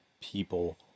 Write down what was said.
people